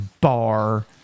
bar